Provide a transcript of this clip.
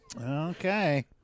Okay